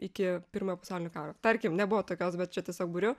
iki pirmojo pasaulinio karo tarkim nebuvo tokios bet čia tiesiog buriu